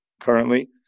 currently